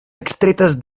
extretes